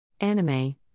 anime